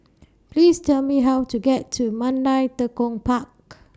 Please Tell Me How to get to Mandai Tekong Park